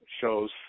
shows